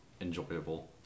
enjoyable